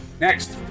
Next